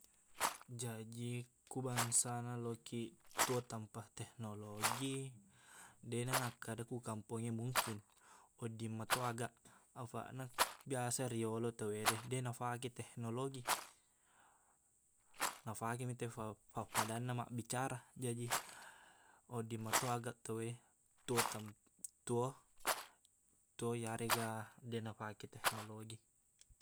Jaji ku bangsana lokiq tuo tanpa teknologi deqna nakkeda ku kampongnge mungkin wedding meto aga afaqna biasa riyolo tauwede deqna fake teknologi nafakemi tauwe faf- faffadanna mabbicara jaji wedding meto aga tauwe tuo tanp tuo- tuo yarek ga deqna fake teknologi